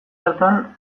hartan